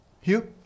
Hugh